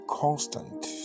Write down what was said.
constant